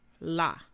La